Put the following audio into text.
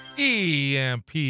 EMP